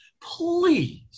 Please